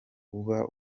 uba